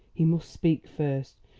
he must speak first.